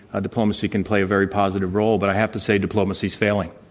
diplomacy can play a very positive role. but i have to say, diplomacy's failing.